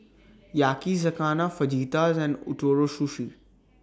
Yakizakana Fajitas and Ootoro Sushi